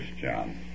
John